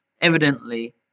Evidently